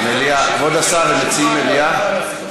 כבוד השר, הם מציעים מליאה.